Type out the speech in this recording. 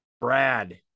Brad